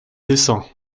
dessin